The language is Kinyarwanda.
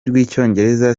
rw’icyongereza